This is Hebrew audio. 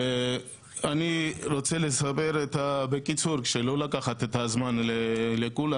ואני רוצה לספר את הקיצור כדי לא לקחת את הזמן לכולם,